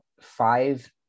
five